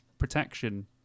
Protection